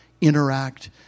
interact